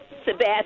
Sebastian